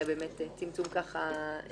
אני